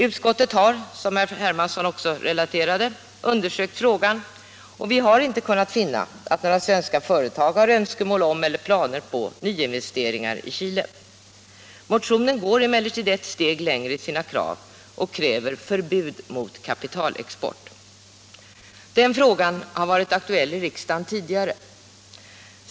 Utskottet har, som herr Hermansson även relaterade, undersökt frågan och inte kunnat finna att några svenska företag har önskemål om eller planer på nyinvesteringar i Chile. Motionen går emellertid ett steg längre och kräver förbud mot kapitalexport. Den frågan har varit aktuell i riksdagen tidigare.